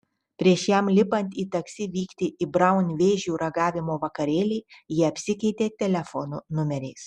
prieš jam lipant į taksi vykti į braun vėžių ragavimo vakarėlį jie apsikeitė telefonų numeriais